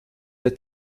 der